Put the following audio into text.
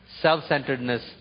self-centeredness